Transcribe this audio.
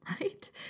Right